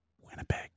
Winnipeg